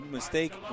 mistake